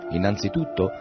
Innanzitutto